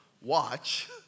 Watch